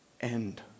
end